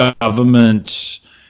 government